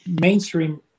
mainstream